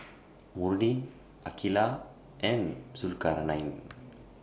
Murni Aqeelah and Zulkarnain